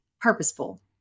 purposeful